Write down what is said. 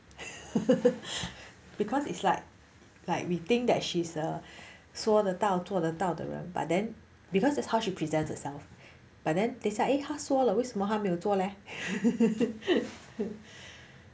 because it's like like we think that she's a 说得到做得到的人 but then because that's how she presents herself but then they say like eh 他说的他为什么没有做 leh